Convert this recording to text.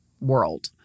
world